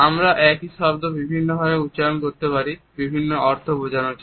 আমরা একই শব্দ বিভিন্ন ভাবে উচ্চারণ করতে পারি বিভিন্ন অর্থ বোঝানোর জন্য